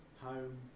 home